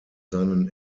seinen